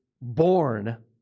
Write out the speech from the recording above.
born